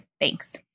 Thanks